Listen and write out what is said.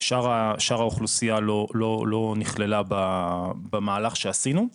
שאר האוכלוסייה לא נכללה במהלך שעשינו.